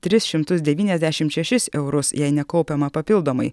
tris šimtus devyniasdešim šešis eurus jei nekaupiama papildomai